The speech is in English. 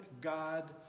God